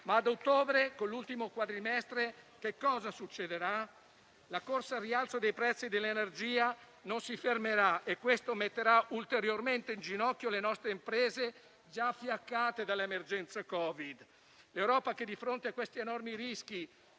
ma ad ottobre, con l'ultimo quadrimestre, che cosa succederà? La corsa al rialzo dei prezzi dell'energia non si fermerà e questo metterà ulteriormente in ginocchio le nostre imprese, già fiaccate dalla emergenza Covid. L'Europa, che di fronte a questi enormi rischi